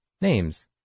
Names